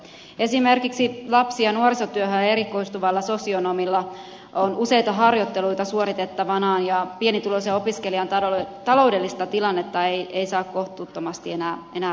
esimerkiksi lapsi ja nuorisotyöhön erikoistuvalla sosionomilla on useita harjoitteluita suoritettavanaan ja pienituloisen opiskelijan taloudellista tilannetta ei saa kohtuuttomasti enää rasittaa